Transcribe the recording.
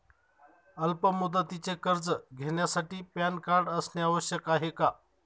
अल्प मुदतीचे कर्ज घेण्यासाठी पॅन कार्ड असणे आवश्यक आहे का?